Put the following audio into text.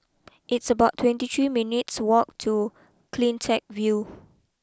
it's about twenty three minutes walk to Cleantech view